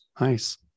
Nice